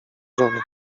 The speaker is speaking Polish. żony